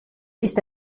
ist